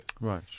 right